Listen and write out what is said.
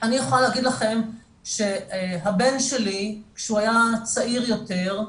אני יכולה להגיד לכם שהבן שלי כשהוא היה צעיר יותר,